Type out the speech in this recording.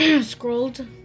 scrolled